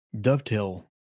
dovetail